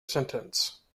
sentence